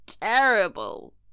terrible